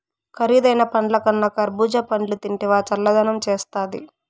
కరీదైన పండ్లకన్నా కర్బూజా పండ్లు తింటివా చల్లదనం చేస్తాది